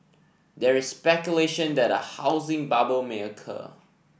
there is speculation that a housing bubble may occur